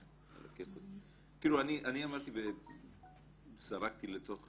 תראו, אני זרקתי לתוך